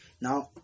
now